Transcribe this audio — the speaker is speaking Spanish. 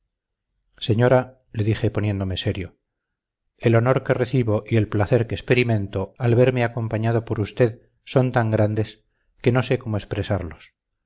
señora le dije poniéndome serio el honor que recibo y el placer que experimento al verme acompañado por usted son tan grandes que no sé cómo expresarlos